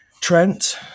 Trent